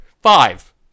Five